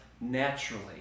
naturally